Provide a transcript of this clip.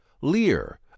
Lear